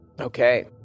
Okay